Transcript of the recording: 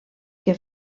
que